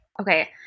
Okay